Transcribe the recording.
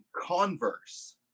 Converse